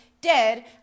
dead